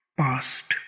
past